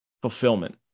fulfillment